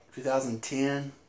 2010